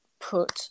put